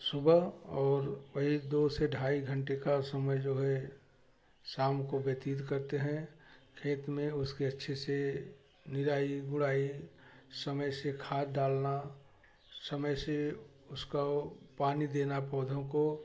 सुबह और वही दो से ढाई घंटे का समय जो है शाम को व्यतीत करते हैं खेत में उसके अच्छे से निराई गुड़ाई समय से खाद डालना समय से उसका वह पानी देना पौधों को